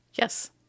Yes